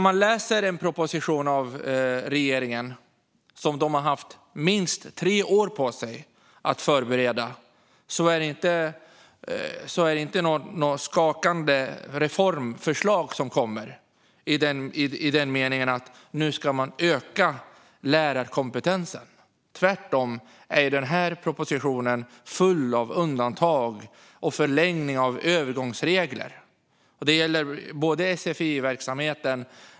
I denna proposition från regeringen, som de har haft minst tre år på sig att förbereda, finns inte något skakande reformförslag i den meningen att man nu ska öka lärarkompetensen. Tvärtom är propositionen full av förslag på undantag och förlängning av övergångsregler. Det gäller bland annat sfi-verksamheten.